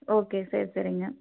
okay சரி சரிங்க